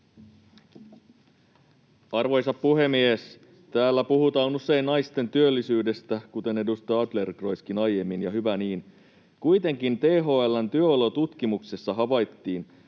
Arvoisa puhemies! Täällä puhutaan usein naisten työllisyydestä, kuten edustaja Adlercreutzkin aiemmin, ja hyvä niin. Kuitenkin THL:n työolotutkimuksessa havaittiin,